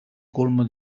colmo